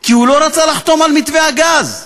כי הוא לא רוצה לחתום על מתווה הגז,